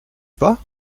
pas